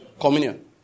Communion